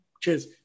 cheers